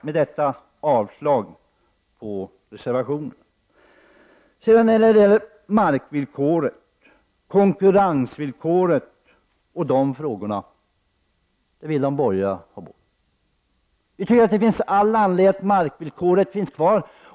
Med detta yrkar jag avslag på reservation 21. De borgerliga vill ha bort markvillkoret och konkurrensvillkoret. Vi tycker att det finns all anledning att markvillkoret finns kvar.